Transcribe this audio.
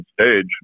stage